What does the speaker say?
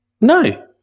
No